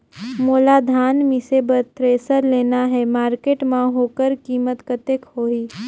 मोला धान मिसे बर थ्रेसर लेना हे मार्केट मां होकर कीमत कतेक होही?